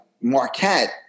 Marquette